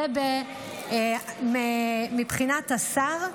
מבחינת השר,